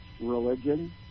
religion